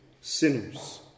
sinners